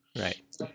Right